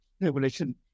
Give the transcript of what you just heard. regulation